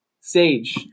Sage